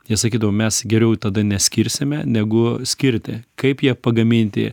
jie sakydavo mes geriau tada neskirsime negu skirti kaip jie pagaminti